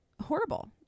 horrible